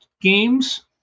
games